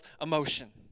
emotion